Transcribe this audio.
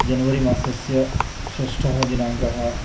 January मासस्य षष्ठः दिनाङ्कः